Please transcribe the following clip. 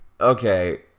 Okay